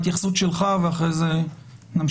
התייחסות שלך ואחרי זה נמשיך.